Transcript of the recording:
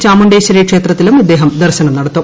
ചാമുണ്ഡേശ്വരി ക്ഷേത്രത്തിലും അദ്ദേഹം ദർശനം നടത്തും